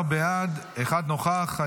17 בעד, נוכח אחד.